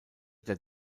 der